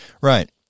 Right